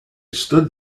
stood